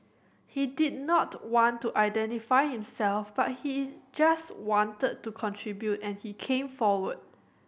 he did not want to identify himself but he just wanted to contribute and he came forward